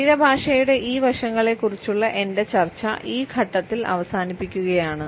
ശരീരഭാഷയുടെ ഈ വശങ്ങളെക്കുറിച്ചുള്ള എന്റെ ചർച്ച ഈ ഘട്ടത്തിൽ അവസാനിപ്പിക്കുകയാണ്